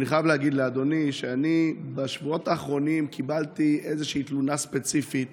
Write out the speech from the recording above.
אני חייב להגיד לאדוני שבשבועות האחרונים קיבלתי איזושהי תלונה ספציפית